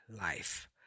life